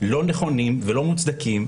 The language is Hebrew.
לא נכונים ולא מוצדקים.